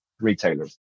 retailers